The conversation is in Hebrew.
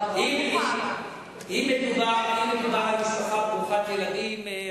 אם מדובר על משפחה ברוכת ילדים,